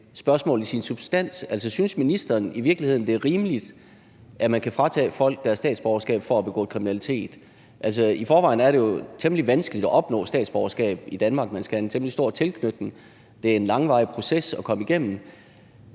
spørgsmålet i sin substans. Altså, synes ministeren i virkeligheden, det er rimeligt, at man kan fratage folk deres statsborgerskab for at have begået kriminalitet? I forvejen er det jo temmelig vanskeligt at opnå statsborgerskab i Danmark. Man skal have en temmelig stor tilknytning. Det er en langvarig proces at komme igennem.